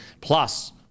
plus